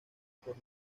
por